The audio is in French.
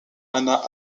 hannah